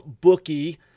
bookie